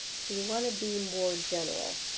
so you want to be more general.